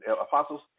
apostles